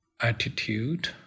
attitude